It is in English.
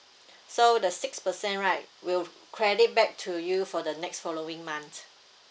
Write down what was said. so the six percent right will credit back to you for the next following month